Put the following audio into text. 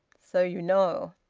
so you know!